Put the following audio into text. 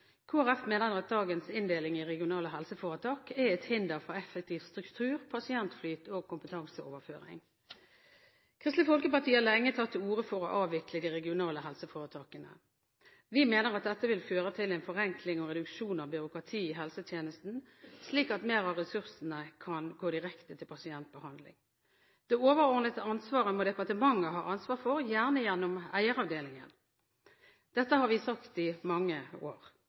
Folkeparti mener at dagens inndeling i regionale helseforetak er et hinder for effektiv struktur, pasientflyt og kompetanseoverføring. Kristelig Folkeparti har lenge tatt til orde for å avvikle de regionale helseforetakene. Vi mener at dette vil føre til en forenkling og reduksjon av byråkratiet i helsetjenesten, slik at mer av ressursene kan gå direkte til pasientbehandling. Det overordnede ansvaret må departementet ha, gjerne gjennom eieravdelingen. Dette har vi sagt i mange år.